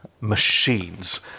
machines